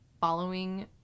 following